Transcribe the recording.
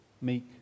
meek